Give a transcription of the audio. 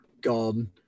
gone